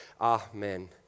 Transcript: Amen